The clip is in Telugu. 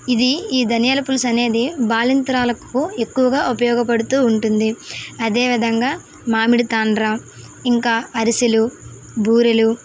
ఇదీ ఈ ధనియాల పులుసు అనేది బాలింతరాళ్ళకి ఎక్కువగా ఉపయోగపడుతూ ఉంటుంది అదే విధంగా మామిడి తాండ్ర ఇంకా అరిసెలు బూరెలు